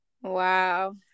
Wow